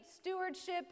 stewardship